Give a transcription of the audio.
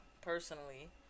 personally